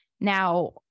now